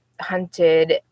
hunted